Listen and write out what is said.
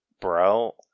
bro